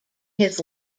his